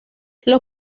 los